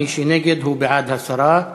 מי שנגד הוא בעד הסרה.